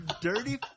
Dirty